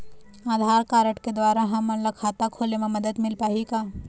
आधार card के द्वारा हमन ला खाता खोले म मदद मिल पाही का?